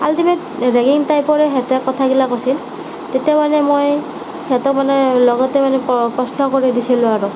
ultimate ragging টাইপৰে সিহঁতে কথাগিলা হৈছিল তেতিয়া মানে মই সিহঁতৰ মানে লগতে মানে প প্ৰশ্ন কৰি দিছিলোঁ আৰু